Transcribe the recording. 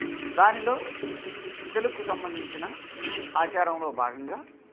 దానిలో తెలుగుకు సంబంధించిన ఆచారంలో భాగంగా